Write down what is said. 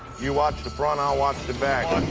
you watch the front. i'll watch the back.